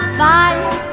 fire